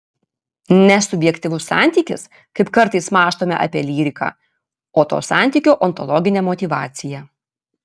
ne subjektyvus santykis kaip kartais mąstome apie lyriką o to santykio ontologinė motyvacija